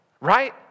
right